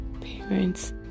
parents